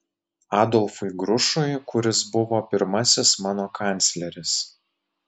adolfui grušui kuris buvo pirmasis mano kancleris